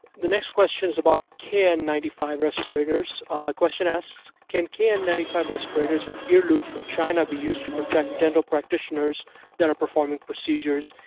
the next question is about k n nine five respirators. the question asks, can k n nine five respirators with ear loops from china be used to protect dental practitioners that are performing procedures?